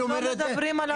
אנחנו לא מדברים על המועמדים.